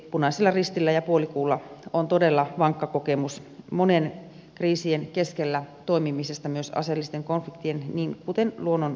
punaisella ristillä ja puolikuulla on todella vankka kokemus monien kriisien keskellä toimimisesta myös aseellisten konfliktien kuten luonnonkatastrofienkin